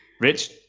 Rich